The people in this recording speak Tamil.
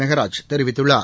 மெகராஜ் தெரிவித்துள்ளார்